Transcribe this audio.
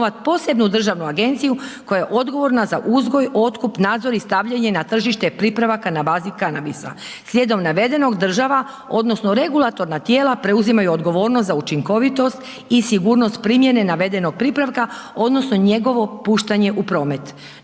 posebnu državnu agenciju koja je odgovorna za uzgoj, otkup, nadzor i stavljanje na tržište pripravaka na bazi kanabisa. Slijedom navedenog država odnosno regulatorna tijela preuzimaju odgovornost za učinkovitost i sigurnost primjene navedenog pripravka odnosno njegovo puštanje u promet.